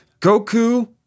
Goku